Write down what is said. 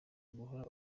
guhora